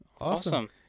awesome